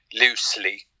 loosely